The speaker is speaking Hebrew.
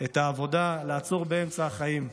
את העבודה, לעצור באמצע החיים.